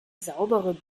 saubere